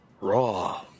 raw